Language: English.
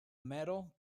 metal